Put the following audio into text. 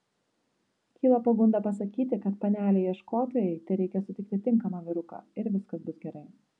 kyla pagunda pasakyti kad panelei ieškotojai tereikia sutikti tinkamą vyruką ir viskas bus gerai